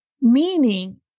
Meaning